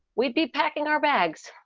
we'd be packing our bags,